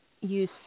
use